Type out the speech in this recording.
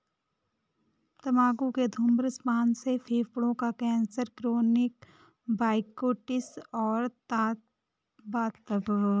तंबाकू के धूम्रपान से फेफड़ों का कैंसर, क्रोनिक ब्रोंकाइटिस और वातस्फीति हो सकती है